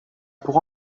pour